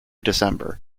december